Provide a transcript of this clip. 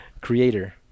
Creator